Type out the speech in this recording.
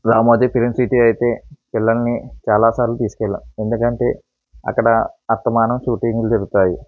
Ramoji film city అయితే పిల్లల్ని చాలా సార్లు తీసుకెళ్ళాం ఎందుకంటే అక్కడ అస్తమానం షూటింగులు జరుగుతాయి